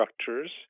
structures